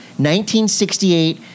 1968